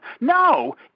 No